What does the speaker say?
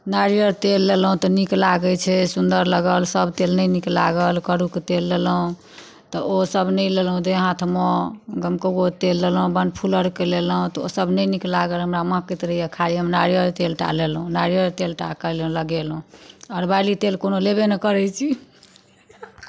नारियल तेल लेलहुँ तऽ नीक लागै छै सुन्दर लागल सभ तेल नहि नीक लागल करुके तेल लेलहुँ तऽ ओ सभ नहि लेलहुँ देह हाथमे गमकौवे तेल लेलहुँ बनफूलके लेलहुँ तऽ ओ सभ नहि नीक लागल हमरा महकति रहैये खाली हम नारियल तेल टा लेलहुँ नारियल तेल टा खाली लगेलहुँ आओर बेली तेल कोनो लेबै नहि करै छी